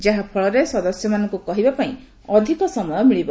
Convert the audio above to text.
ଯାହାଫଳରେ ସଦସ୍ୟମାନଙ୍କୁ କହିବା ପାଇଁ ଅଧିକ ସମୟ ମିଳିବ